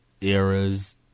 eras